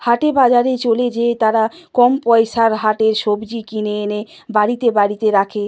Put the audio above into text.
হাটে বাজারে চলে যেয়ে তারা কম পয়সার হাটে সবজি কিনে এনে বাড়িতে বাড়িতে রাখে